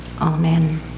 amen